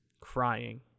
crying